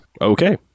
Okay